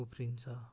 उफ्रिन्छ